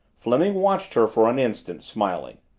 fleming watched her for an instant, smiling.